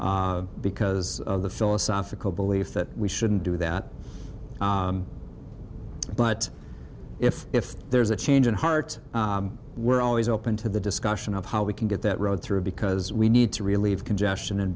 because of the philosophical belief that we shouldn't do that but if if there's a change of heart we're always open to the discussion of how we can get that road through because we need to relieve congestion and